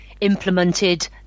implemented